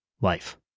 life